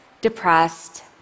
depressed